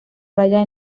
raya